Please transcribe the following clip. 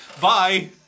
Bye